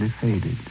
faded